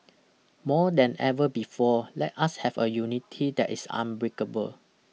more than ever before let us have a unity that is unbreakable